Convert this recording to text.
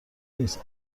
نیست